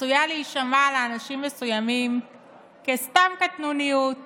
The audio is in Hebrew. עשויה להישמע לאנשים מסוימים כסתם קטנוניות